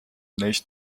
neist